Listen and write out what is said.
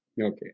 Okay